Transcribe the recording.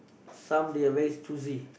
some they are very choosy